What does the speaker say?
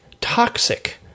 toxic